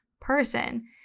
person